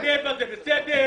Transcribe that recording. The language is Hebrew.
רשות הטבע זה בסדר,